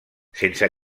sense